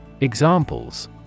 Examples